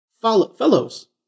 fellows